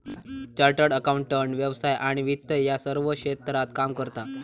chartered accountant व्यवसाय आणि वित्त या सर्व क्षेत्रात काम करता